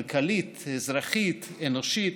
כלכלית, אזרחית, אנושית,